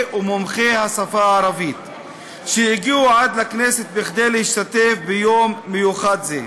ומומחי השפה הערבית שהגיעו עד לכנסת כדי להשתתף ביום מיוחד זה.